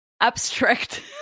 abstract